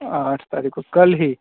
आठ तारीख़ को कल ही